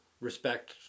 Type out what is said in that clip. respect